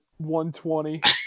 120